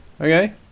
okay